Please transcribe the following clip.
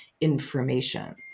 information